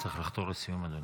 צריך לחתור לסיום, אדוני.